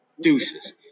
deuces